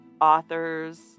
authors